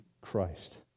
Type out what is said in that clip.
Christ